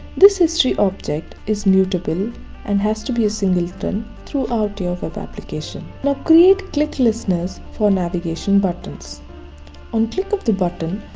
this history object is mutable and has to be a singleton throughout your web application now create click listeners for navigation buttons on click of the button,